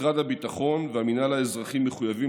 משרד הביטחון והמינהל האזרחי מחויבים